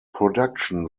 production